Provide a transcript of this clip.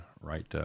right